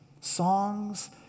Songs